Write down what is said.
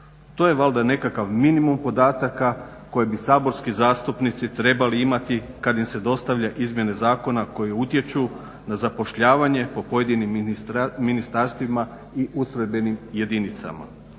To je valjda nekakav minimum podataka koje bi saborski zastupnici trebali imati kad im se dostavlja izmjene zakona koje utječu na zapošljavanje po pojedinim ministarstvima i ustrojbenim jedinicama.